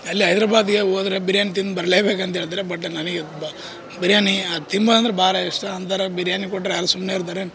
ಅಲ್ಲಿ ಹೈದ್ರಾಬಾದ್ಗೆ ಹೋದ್ರೆ ಬಿರಿಯಾನಿ ತಿಂದು ಬರ್ಲೇಬೇಕು ಅಂತೇಳ್ತಾರೆ ಬಟ್ ನನಗೆ ಬ ಬಿರಿಯಾನಿ ಅದು ತಿಂಬೋ ಅಂದ್ರೆ ಭಾರಿ ಇಷ್ಟ ಅಂತಾರೆ ಬಿರಿಯಾನಿ ಕೊಟ್ಟರೆ ಯಾರು ಸುಮ್ಮನೆ ಇರ್ತಾರೆ